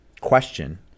question